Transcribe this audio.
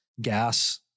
gas